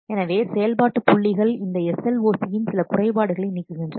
எனவே செயல்பாட்டு புள்ளிகள் இந்த SLOC இன் சில குறைபாடுகளை நீக்குகின்றன